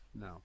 no